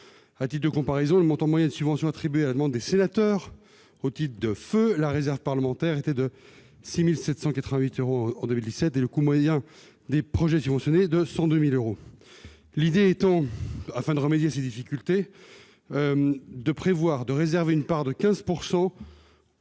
À titre de comparaison, le montant moyen des subventions attribuées à la demande des sénateurs au titre de feu la réserve parlementaire était de 6 788 euros en 2017 et le coût total moyen des projets subventionnés, de 102 000 euros. Afin de remédier à ces difficultés, le présent amendement prévoit de réserver une part de 15